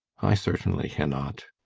i certainly cannot.